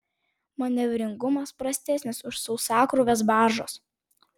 manevringumas prastesnis už sausakrūvės baržos